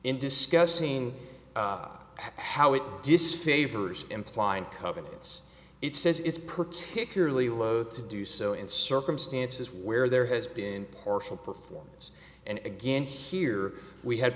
in discussing how it disfavors imply and covenants it says is particularly loath to do so in circumstances where there has been partial performance and again here we had